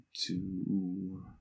two